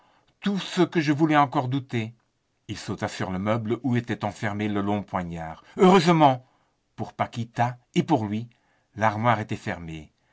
tout ce dont je voulais encore douter il sauta sur le meuble où était renfermé le long poignard heureusement pour elle et pour lui l'armoire était fermée